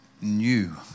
new